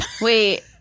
wait